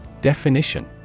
Definition